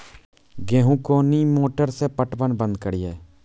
गेहूँ कोनी मोटर से पटवन बंद करिए?